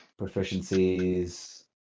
Proficiencies